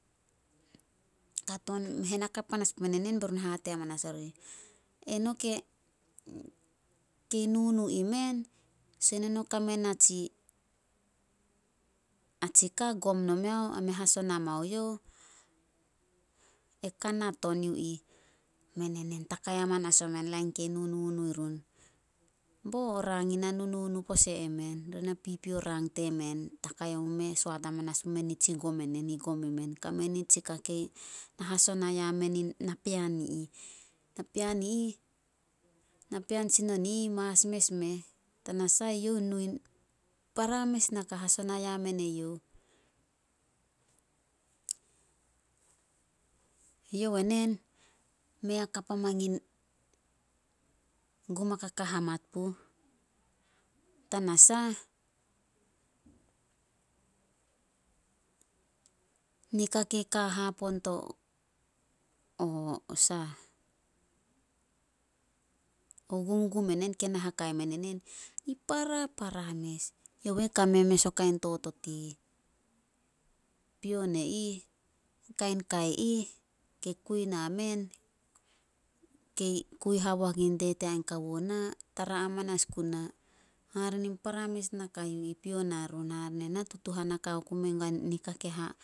Hen hakap panas pumen enen, be run hate hamanas orih, "Eno kei nunu imen, son eno kame na tsi- atsi ka gom nomeuo, ame hasona mao youh, e kanat on yu ih." Men enen takai hamanas o men lain kei nunu i run. Bo rang ina nunu pose emen. Ri na pipio rang temen. Takai omu meh, soat hamanas mu meh nitsi gom enen kei gom i men. Na hasona ya men napean i ih. Napean i ih, napean tsinon i ih mas mes meh. Tanasah, eyouh nu in para mes naka hasona ya men eyouh. Youh enen, mei hakap a mangin gum a kakahamat puh. Tanasah, nika kei ka a hapoon to gumgum enen kei na hakai men enen. I para- para mes. Youh enen kame mes o kain totot i ih, pion e ih, kain kai ih, ke kui na men, kei kui haboak in tete ain kawo na. Tara hamanas guna, hare nin para mes naka yu ih pio na run. Hare ne na tutuhanaka oku mea guaen nika ke